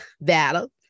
Battle